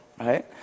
right